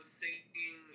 singing